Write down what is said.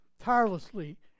tirelessly